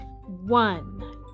One